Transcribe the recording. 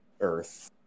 earth